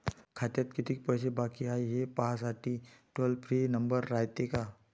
खात्यात कितीक पैसे बाकी हाय, हे पाहासाठी टोल फ्री नंबर रायते का?